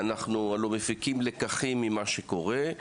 אנחנו מפיקים לקחים ממה שקורה,